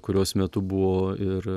kurios metu buvo ir